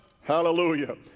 hallelujah